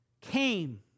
came